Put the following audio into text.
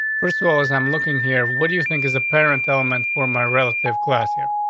first of all, is i'm looking here. what do you think is a parent element for my relative class here?